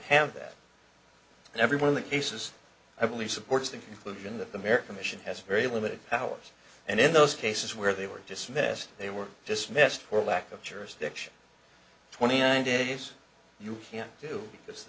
have that and every one of the cases i believe supports the conclusion that the american mission has very limited powers and in those cases where they were dismissed they were dismissed for lack of jurisdiction twenty nine days you can't do this